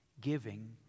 Giving